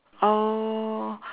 oh